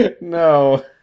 no